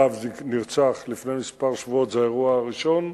הרב נרצח לפני כמה שבועות, זה האירוע הראשון.